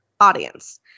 audience